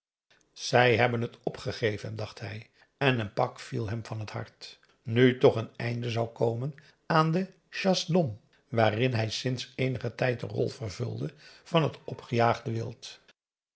zij hebben het opgegeven dacht hij en een pak viel hem van het hart nu toch een einde zou komen aan de chasse à l'homme waarin hij sinds eenigen tijd de rol vervulde van het opgejaagde wild